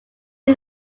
are